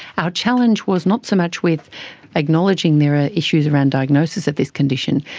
our challenge was not so much with acknowledging there are issues around diagnosis of this condition,